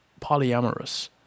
polyamorous